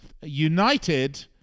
United